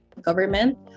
government